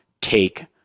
take